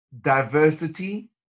diversity